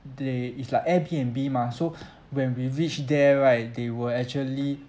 they it's like Airbnb mah so when we reached there right they were actually